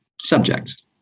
subject